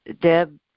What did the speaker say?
deb